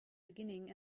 beginning